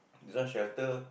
this one shelter